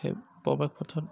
সেই প্ৰৱেশ পথত